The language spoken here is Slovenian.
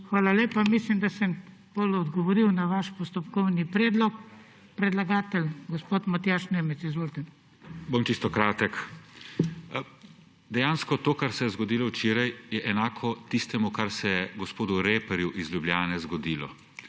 Hvala lepa. Mislim, da sem potem odgovoril na vaš postopkovni predlog. Predlagatelj gospod Matjaž Nemec, izvolite. **MATJAŽ NEMEC (PS SD):** Bom čisto kratek. Dejansko to, kar se je zgodilo včeraj, je enako tistemu, kar se gospodu reperju iz Ljubljane zgodilo